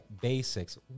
basics